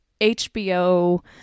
HBO